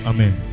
Amen